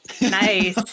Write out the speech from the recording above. Nice